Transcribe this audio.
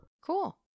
Cool